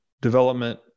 development